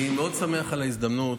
אני מאוד שמח על ההזדמנות,